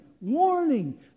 warning